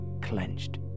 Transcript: clenched